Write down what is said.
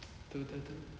betul betul betul